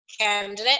candidate